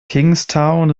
kingstown